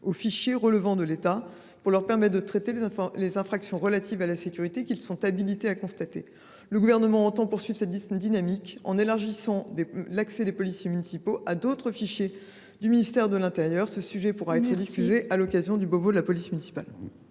aux fichiers relevant de l’État, pour leur permettre de traiter les infractions relatives à la sécurité qu’ils sont habilités à constater. Le Gouvernement entend poursuivre cette dynamique, en élargissant l’accès des policiers municipaux à d’autres fichiers du ministère de l’intérieur et des outre mer. Ce sujet pourra faire l’objet de discussions à l’occasion du Beauvau de la police municipale.